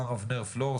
מר אבנר פלור,